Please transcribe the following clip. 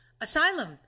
asylum